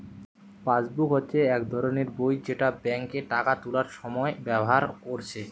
passbook হচ্ছে এক ধরণের বই যেটা বেঙ্কে টাকা তুলার সময় ব্যাভার কোরছে